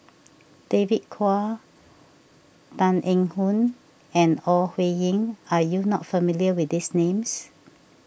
David Kwo Tan Eng Yoon and Ore Huiying are you not familiar with these names